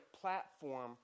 platform